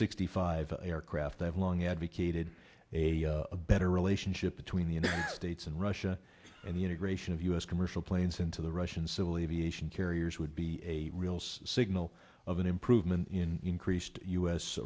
sixty five aircraft i've long advocated a better relationship between the united states and russia and the integration of u s commercial planes into the russian civil aviation carriers would be a real signal of an improvement in increased u